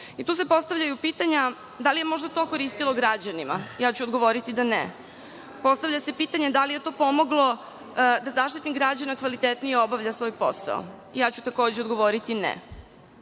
se postavljaju pitanja, da li je možda to koristilo građanima? Ja ću odgovoriti da ne. Postavlja se pitanje da li je to pomoglo da Zaštitnik građana kvalitetnije obavlja svoj posao? Takođe ću odgovoriti ne.